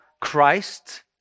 Christ